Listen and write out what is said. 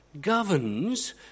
governs